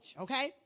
okay